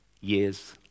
years